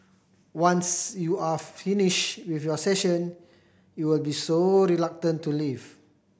once you're finished with your session you'll be so reluctant to leave